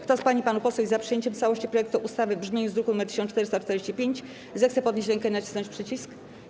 Kto z pań i panów posłów jest za przyjęciem w całości projektu ustawy w brzmieniu z druku nr 1445, zechce podnieść rękę i nacisnąć przycisk.